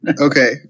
Okay